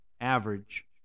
average